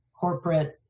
corporate